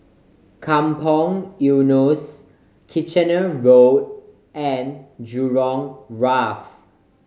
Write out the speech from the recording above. Kampong Eunos Kitchener Road and Jurong Wharf